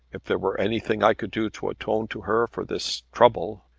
if there were anything i could do to atone to her for this trouble.